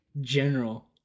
general